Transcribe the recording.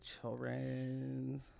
children